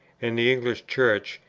and the english church,